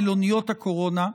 מלוניות הקורונה,